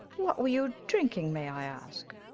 what were you drinking, may i ask?